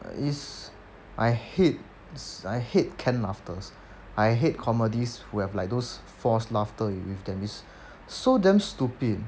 it's I hate I hate canned laughters I hate comedies who have like those false laughter with them it's so damn stupid